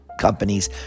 companies